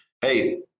hey